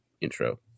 intro